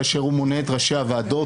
כאשר הוא מונה את ראשי הוועדות,